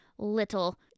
little